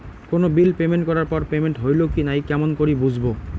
কোনো bill payment করার পর পেমেন্ট হইল কি নাই কেমন করি বুঝবো?